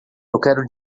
quero